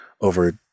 over